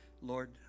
Lord